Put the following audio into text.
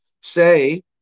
say